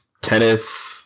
tennis